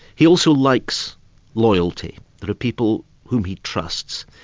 he also likes loyalty. there are people whom he trusts,